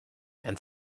and